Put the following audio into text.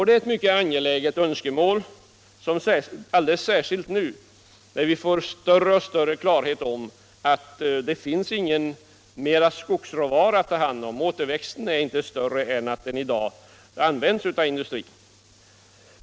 Det är ett mycket angeläget önskemål, alldeles särskilt nu när vi får större och större klarhet om att det finns ingen mera skogsråvara att ta hand om. Återväxten är inte större än att den i dag används av industrin.